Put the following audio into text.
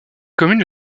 communes